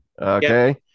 Okay